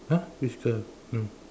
!huh! which girl no